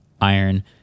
iron